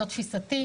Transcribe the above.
זאת תפיסתי,